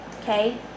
Okay